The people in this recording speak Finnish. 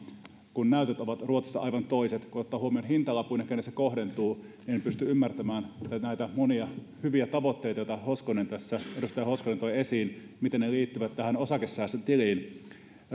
kun näytöt ovat ruotsissa aivan toiset kun ottaa huomioon hintalapun ja sen keihin se kohdentuu niin en pysty ymmärtämään näitä monia hyviä tavoitteita joita edustaja hoskonen toi esiin ja sitä miten ne liittyvät tähän osakesäästötiliin